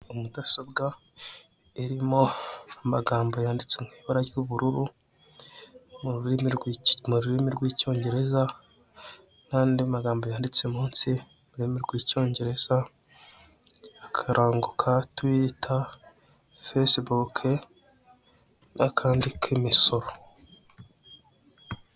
Mudasobwa irimo amagambo yanditse mu ibara ry'ubururu mu rurimi rw'icyongereza n'andi magambo yanditse munsi m'ururimi rw'icyongerezaa akarango ka tuwita, fesebuke n'akandi k'imisoro.